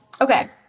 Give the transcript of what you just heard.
okay